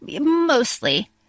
Mostly